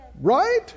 right